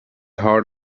heart